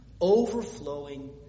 overflowing